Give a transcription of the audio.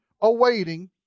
awaiting